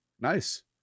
Nice